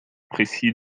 précis